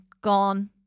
gone